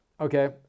Okay